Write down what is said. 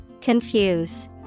Confuse